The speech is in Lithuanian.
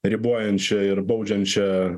ribojančią ir baudžiančią